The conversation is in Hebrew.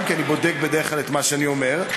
אני בודק בדרך כלל את מה שאני אומר.